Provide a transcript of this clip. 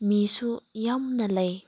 ꯃꯤꯁꯨ ꯌꯥꯝꯅ ꯂꯩ